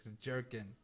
Jerkin